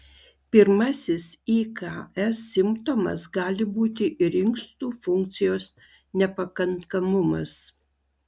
pirmasis iks simptomas gali būti ir inkstų funkcijos nepakankamumas